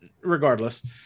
regardless